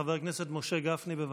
חבר הכנסת משה גפני, בבקשה.